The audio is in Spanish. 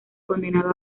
condenado